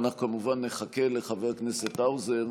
אנחנו כמובן נחכה לחבר הכנסת האוזר.